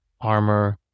armor